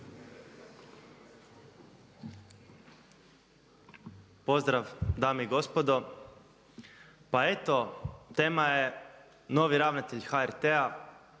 Pozdrav dame i gospodo. Pa eto tema je novi ravnatelj HRT-a